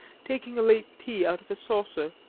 taking a late tea out of a saucer.